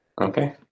Okay